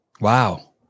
wow